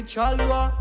Chalwa